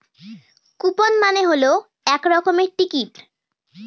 coupon মানে হল এক রকমের টিকিট